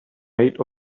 made